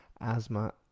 asthma